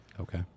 Okay